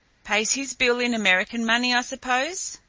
pays his bill in american money, i suppose?